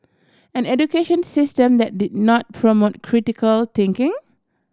an education system that did not promote critical thinking